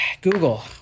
Google